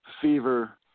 fever